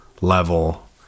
level